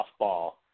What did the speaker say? softball